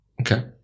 Okay